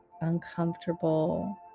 uncomfortable